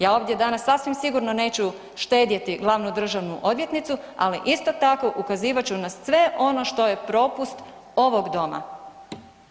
Ja ovdje danas sasvim sigurno neću štedjeti glavnu državnu odvjetnicu ali isto tak ukazivat ću na sve ono što je propust ovog doma.